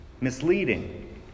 misleading